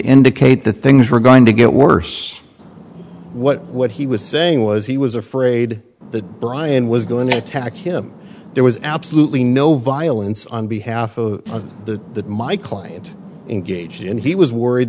indicate the things were going to get worse what what he was saying was he was afraid that brian was going to attack him there was absolutely no violence on behalf of the that my client engaged in he was worried